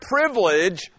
privilege